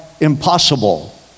impossible